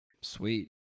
Sweet